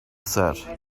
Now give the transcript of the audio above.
said